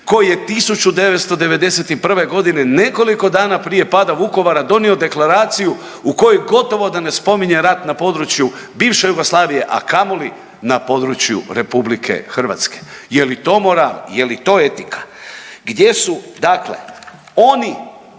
koji je 1991. godine nekoliko dana prije pada Vukovara donio Deklaraciju u kojoj gotovo da ne spominje rat na području bivše Jugoslavije, a kamoli na području Republike Hrvatske. Je li to moral? Je li to etika? Gdje su dakle, oni